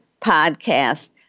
podcast